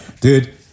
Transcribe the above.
dude